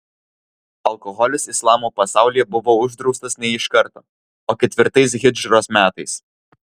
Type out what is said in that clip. alkoholis islamo pasaulyje buvo uždraustas ne iš karto o ketvirtais hidžros metais